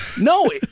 No